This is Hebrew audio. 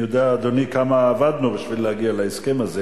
אני יודע, אדוני, כמה עבדנו בשביל להגיע להסכם הזה